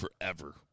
forever